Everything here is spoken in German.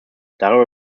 darüber